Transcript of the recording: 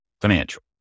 Financial